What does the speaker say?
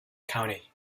county